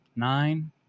Nine